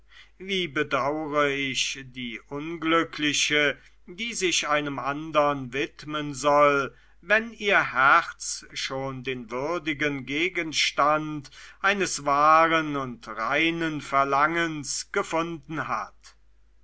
wie bedaure ich die unglückliche die sich einem andern widmen soll wenn ihr herz schon den würdigen gegenstand eines wahren und reinen verlangens gefunden hat